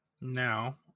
Now